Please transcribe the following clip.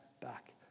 back